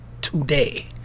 today